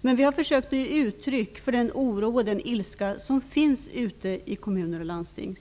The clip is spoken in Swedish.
Men vi har försökt ge uttryck för den oro och ilska som finns bland de offentliganställda ute i kommuner och landsting.